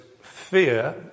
fear